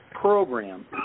program